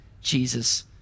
Jesus